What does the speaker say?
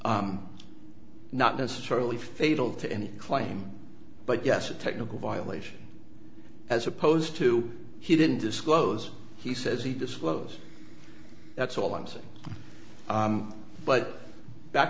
not necessarily fatal to any claim but yes a technical violation as opposed to he didn't disclose he says he disclosed that's all i'm saying but back